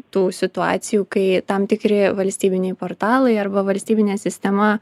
tų situacijų kai tam tikri valstybiniai portalai arba valstybinė sistema